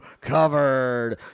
covered